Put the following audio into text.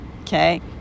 Okay